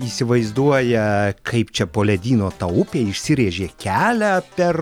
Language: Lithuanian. įsivaizduoja kaip čia po ledyno ta upė išsirėžė kelią per